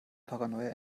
paranoia